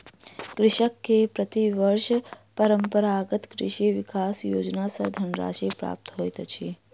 कृषक के प्रति वर्ष परंपरागत कृषि विकास योजना सॅ धनराशि प्राप्त होइत अछि